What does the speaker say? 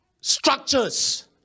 structures